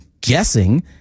guessing